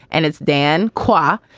and it's dan qua